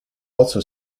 also